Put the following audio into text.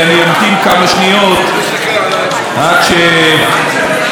עד שאלה שמתפנים,